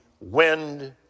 wind